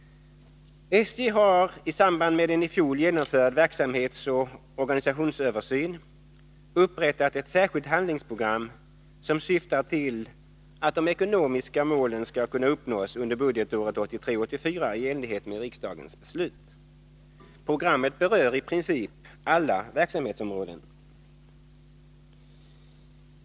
SJ har i samband med en i fjol genomförd verksamhetsoch organisationsöversyn upprättat ett särskilt handlingsprogram som syftar till att de ekonomiska målen skall kunna uppnås under budgetåret 1983/84 i enlighet med riksdagens beslut. Programmet berör i princip alla verksamhetsområden.